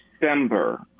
December